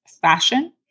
fashion